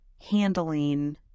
handling